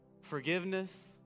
forgiveness